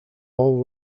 all